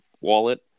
wallet